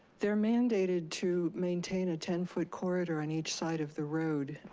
they're mandated to maintain a ten foot corridor on each side of the road,